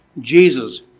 Jesus